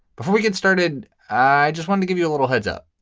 before we get started, i just want to give you a little heads up.